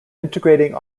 integrating